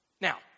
Now